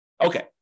okay